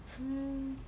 mm